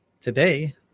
today